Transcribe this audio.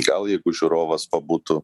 gal jeigu žiūrovas pabūtų